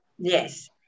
Yes